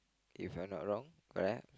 if I'm not wrong correct